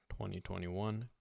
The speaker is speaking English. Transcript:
2021